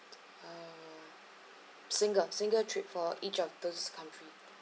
uh single single trip for each of those countries